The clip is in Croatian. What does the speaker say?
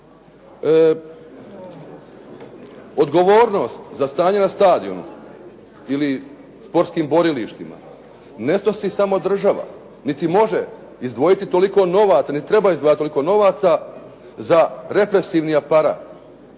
Odgovornost za stanje na stadionu ili sportskim borilištima ne snosi samo država niti može izdvojiti toliko novaca niti treba izdvajati toliko novaca za represivni aparat.